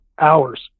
hours